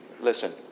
listen